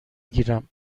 گیرم